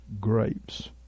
grapes